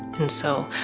and so,